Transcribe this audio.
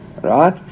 right